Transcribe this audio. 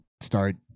start